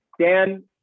Dan